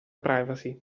privacy